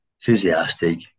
enthusiastic